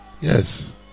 Yes